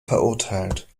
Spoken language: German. verurteilt